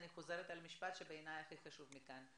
אני חוזרת על המשפט שבעיני הוא הכי חשוב מכאן,